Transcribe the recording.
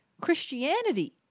christianity